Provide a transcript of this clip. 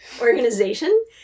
organization